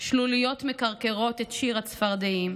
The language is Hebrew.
/ שלוליות מקרקרות את שיר הצפרדעים.